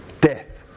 death